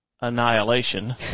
annihilation